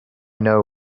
know